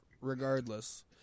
regardless